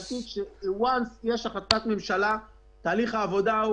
ברגע שיש החלטת ממשלה תהליך העבודה הוא